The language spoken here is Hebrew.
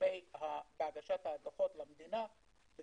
בהגשת הדוחות למדינה זה